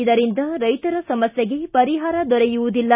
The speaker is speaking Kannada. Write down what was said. ಇದರಿಂದ ರೈತರ ಸಮಸ್ಥೆಗೆ ಪರಿಹಾರ ದೊರೆಯುವುದಿಲ್ಲ